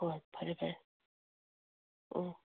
ꯍꯣꯏ ꯐꯔꯦ ꯐꯔꯦ ꯎꯝ